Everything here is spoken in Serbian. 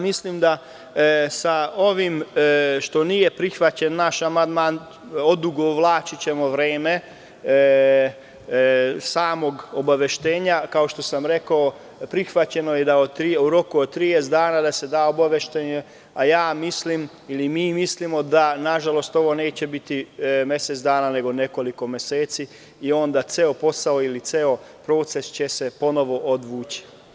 Mislim da sa ovim što nije prihvaćen naš amandman odugovlačićemo vreme samog obaveštenja, jer je prihvaćeno u roku od 30 dana da se da obaveštenje, a mi mislimo da nažalost ovo neće biti mesec dana nego nekoliko meseci i onda ceo proces će se ponovo odvući.